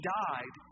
died